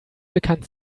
bekannt